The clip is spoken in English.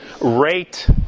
rate